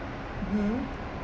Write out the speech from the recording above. mmhmm